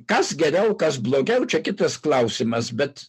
kas geriau kas blogiau čia kitas klausimas bet